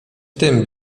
tym